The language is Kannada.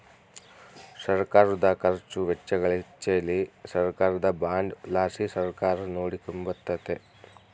ಸರ್ಕಾರುದ ಖರ್ಚು ವೆಚ್ಚಗಳಿಚ್ಚೆಲಿ ಸರ್ಕಾರದ ಬಾಂಡ್ ಲಾಸಿ ಸರ್ಕಾರ ನೋಡಿಕೆಂಬಕತ್ತತೆ